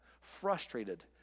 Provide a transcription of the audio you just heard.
frustrated